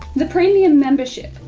the premium membership,